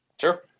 Sure